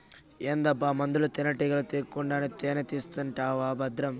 ఏందబ్బా ముందల తేనెటీగల తీకుండా తేనే తీస్తానంటివా బద్రం